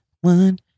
one